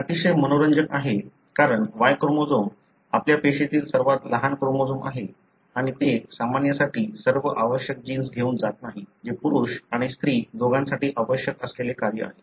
हे अतिशय मनोरंजक आहे कारण Y क्रोमोझोम आपल्या पेशीतील सर्वात लहान क्रोमोझोम आहे आणि ते सामान्यसाठी सर्व आवश्यक जीन्स घेऊन जात नाही जे पुरुष आणि स्त्री दोघांसाठी आवश्यक असलेले कार्य आहे